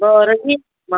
बरं ठीक मग